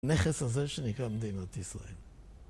נכס הזה שנקרא מדינת ישראל.